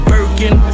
Birkin